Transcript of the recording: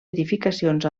edificacions